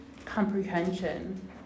comprehension